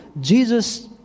Jesus